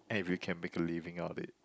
and if you can make a living out of it